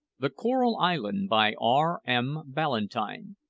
the coral island, by r m. ballantyne.